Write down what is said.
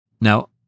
Now